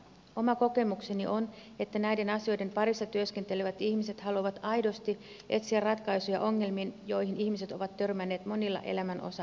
oma kokemukseni on että näiden asioiden parissa työskentelevät ihmiset haluavat aidosti etsiä ratkaisuja ongelmiin joihin ihmiset ovat törmänneet monilla elämän osa alueilla